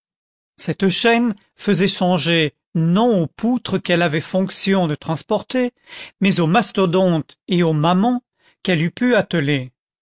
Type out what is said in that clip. cette chaîne faisait songer non aux poutres qu'elle avait fonction de transporter mais aux mastodontes et aux mammons qu'elle eût pu atteler